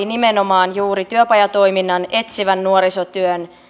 nimenomaan juuri työpajatoiminnan etsivän nuorisotyön